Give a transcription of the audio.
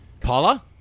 Paula